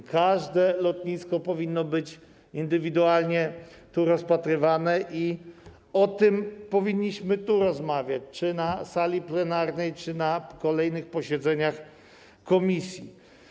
Kwestia każdego lotniska powinna być indywidualnie rozpatrywana i o tym powinniśmy tu rozmawiać, czy na sali plenarnej, czy na kolejnych posiedzeniach komisji.